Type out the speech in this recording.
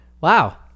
Wow